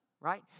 Right